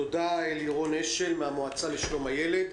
תודה לירון אשל מן המועצה לשלום הילד.